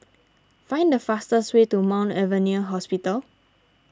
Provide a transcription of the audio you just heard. find the fastest way to Mount Avenue Hospital